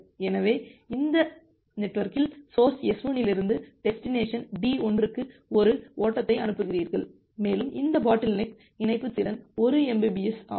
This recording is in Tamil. எனவே இந்த நெட்வொர்க்கில் சோர்ஸ் S1 லிருந்து டெஸ்டினேசன் D1 க்கு ஒரு ஓட்டத்தை அனுப்புகிறீர்கள் மேலும் இந்த பாட்டில்நெக் இணைப்பு திறன் 1 Mbps ஆகும்